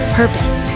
purpose